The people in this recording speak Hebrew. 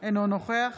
אינו נוכח